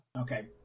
Okay